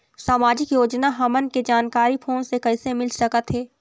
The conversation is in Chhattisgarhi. सामाजिक योजना हमन के जानकारी फोन से कइसे मिल सकत हे?